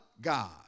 God